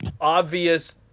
obvious